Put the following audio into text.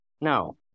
No